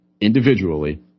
individually